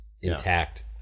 intact